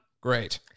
Great